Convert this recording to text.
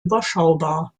überschaubar